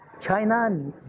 China